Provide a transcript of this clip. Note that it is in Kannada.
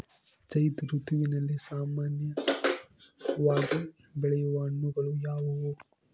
ಝೈಧ್ ಋತುವಿನಲ್ಲಿ ಸಾಮಾನ್ಯವಾಗಿ ಬೆಳೆಯುವ ಹಣ್ಣುಗಳು ಯಾವುವು?